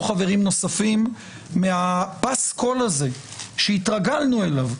חברים נוספים מהפסקול הזה שהתרגלנו אליו,